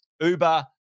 uber